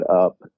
up